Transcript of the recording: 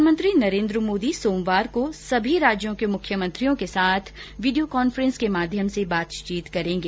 प्रधानमंत्री नरेन्द्र मोदी सोमवार को सभी राज्यों के मुख्यमंत्रियों के साथ वीडियो कॉन्फ्रेंस के माध्यम से बातचीत करेंगे